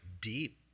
deep